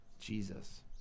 Jesus